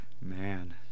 Man